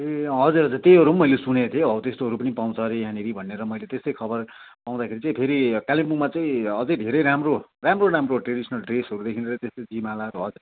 ए हजुर हजुर त्योहरू पनि मैले सुनेको थिएँ हो त्यस्तोहरू पनि पाउँछ अरे यहाँनिर भनेर मैले त्यस्तै खबर पाउँदाखेरि चाहिँ फेरि कालिम्पोङमा अझै धेरै राम्रो राम्रो ट्रेडिसनल ड्रेसहरूदेखिबाट लिएर त्यस्तै जिमालाहरू भयो